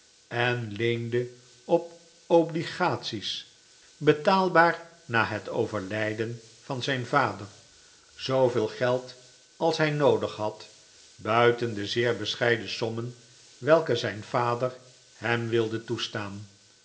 en leende op obligaties betaalbaar na het overlijden van zijn vader zooveel geld als hij noodig had buiten de zeer bescheiden sommen welke zijn vader hem wilde toestaan